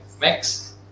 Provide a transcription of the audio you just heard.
Max